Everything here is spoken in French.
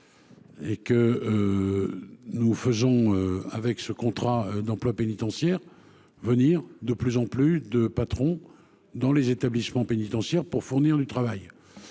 prison ni ailleurs. Avec ce contrat d'emploi pénitentiaire, nous ferons venir de plus en plus de patrons dans les établissements pénitentiaires pour fournir du travail.